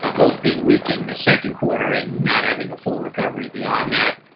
ah both being weak in the second quarter and not having a full recovery beyond that.